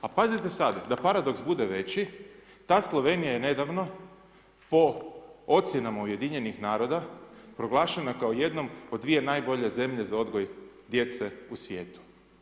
A pazite sad, da paradoks bude veći, ta Slovenija je nedavno po ocjenama UN-a proglašena kao jednom od dvije najbolje zemlje za odgoj djece u svijetu.